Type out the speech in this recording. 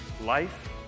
life